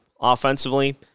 offensively